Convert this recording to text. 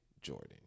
Jordan